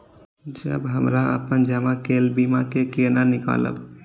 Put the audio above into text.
जब हमरा अपन जमा केल बीमा के केना निकालब?